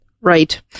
Right